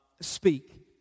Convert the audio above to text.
speak